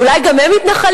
אולי גם הם מתנחלים?